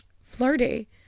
flirty